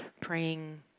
praying